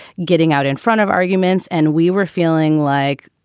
getting out in front of arguments. and we were feeling like,